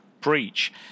breach